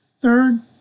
Third